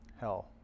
hell